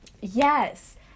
Yes